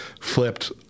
flipped